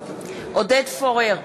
עודד פורר,